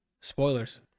Spoilers